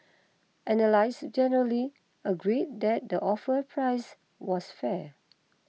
analysts generally agreed that the offer price was fair